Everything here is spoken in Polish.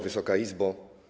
Wysoka Izbo!